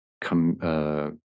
Come